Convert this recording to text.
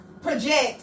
Project